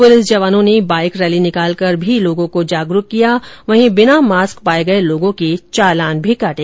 police जवानों ने bike rally निकालकर लोगों को जागरूक किया वहीं बिना मास्क पाए गए लोगों के चालान भी काटे